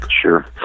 Sure